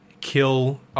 kill